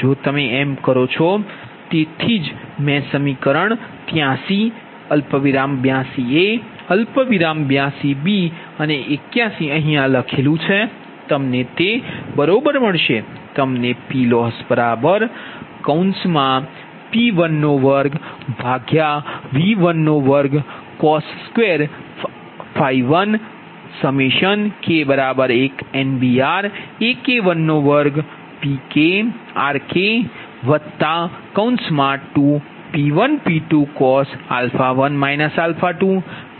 જો તમે એમ કરો છો તેથી જ મેં સમીકરણ 83 82 a 82 b અને 81 લખ્યું છે તમને તે બરોબર મળશે